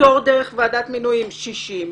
פטור דרך ועדת מינויים 60,